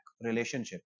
relationship